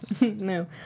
No